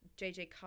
JJ